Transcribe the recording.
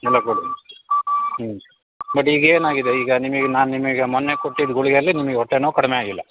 ಅಲ್ಲೇ ಕೊಡಿ ಹ್ಞ್ ಬಟ್ ಈಗ ಏನು ಆಗಿದೆ ಈಗ ನಿಮಗೆ ನಾನು ನಿಮಗೆ ಮೊನ್ನೆ ಕೊಟ್ಟಿದ್ದ ಗುಳಿಗೇಲಿ ನಿಮಗ್ ಹೊಟ್ಟೆ ನೋವು ಕಡಿಮೆ ಆಗಿಲ್ಲ